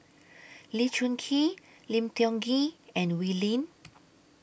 Lee Choon Kee Lim Tiong Ghee and Wee Lin